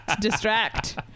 distract